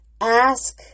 ask